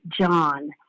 John